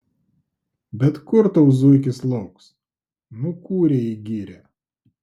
bet kur tau zuikis lauks nukūrė į girią